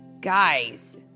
Guys